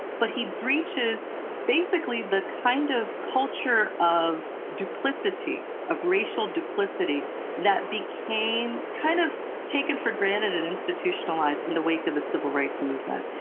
but he breaches basically the kind of culture of duplicity, of racial duplicity that became kind of taken for granted and institutionalized in the wake of the civil rights movement.